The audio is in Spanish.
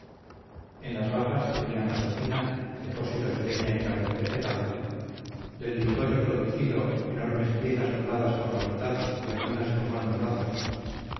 en las bajas tenían la cocina depósitos de leña y carbón vegetal del lingote producido enormes piezas dobladas por la mitad y algunas formando lazos